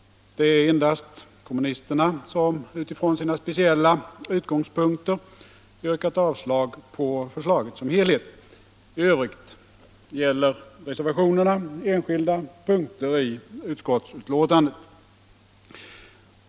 Det är endast kommunisterna som från sina speciella utgångspunkter yrkat avslag på förslaget som helhet. I övrigt gäller reservationerna enskilda punkter i utskottsbetänkandet.